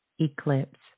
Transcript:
eclipse